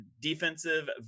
defensive